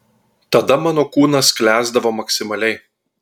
tada mano kūnas sklęsdavo maksimaliai